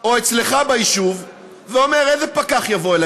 או אצלך ביישוב, ואומר: איזה פקח יבוא אלי?